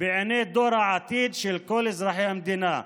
בעיני דור העתיד של כל אזרחי המדינה,